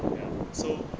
ya so